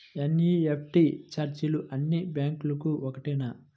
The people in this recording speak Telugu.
ఎన్.ఈ.ఎఫ్.టీ ఛార్జీలు అన్నీ బ్యాంక్లకూ ఒకటేనా?